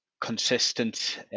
consistent